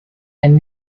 and